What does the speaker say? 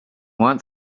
want